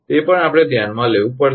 તે પણ આપણે ધ્યાનમાં લેવું પડશે